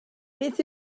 beth